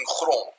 grond